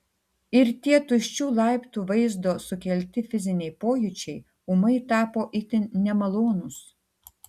ir tie tuščių laiptų vaizdo sukelti fiziniai pojūčiai ūmai tapo itin nemalonūs